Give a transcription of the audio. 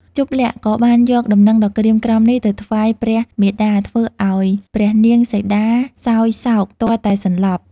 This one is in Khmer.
ជប្បលក្សណ៍ក៏បានយកដំណឹងដ៏ក្រៀមក្រំនេះ ទៅថ្វាយព្រះមាតា ធ្វើឱ្យព្រះនាងសីតាសោយសោកទាល់តែសន្លប់។